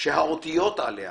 שהאותיות עליה